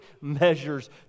measures